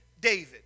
David